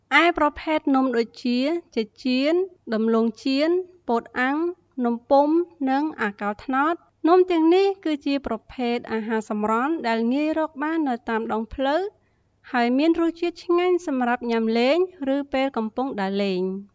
ឯប្រភេទនំដូចជា ចេកចៀន ដំឡូងចៀន ពោតអាំង នំពុម្ភ និងអាកោរត្នោត នំទាំងនេះគឺជាប្រភេទអាហារសម្រន់ដែលងាយរកបាននៅតាមដងផ្លូវ ហើយមានរសជាតិឆ្ងាញ់ សម្រាប់ញ៉ាំលេង ឬពេលកំពុងដើរលេង។